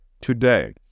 today